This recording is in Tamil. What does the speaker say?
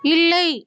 இல்லை